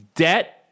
Debt